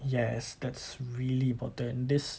yes that's really important this